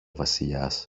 βασιλιάς